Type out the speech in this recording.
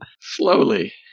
Slowly